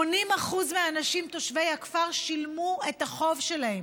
80% מהאנשים תושבי הכפר שילמו את החוב שלהם,